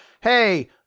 hey